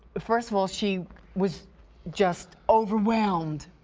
first of all, she was just overwhelmed,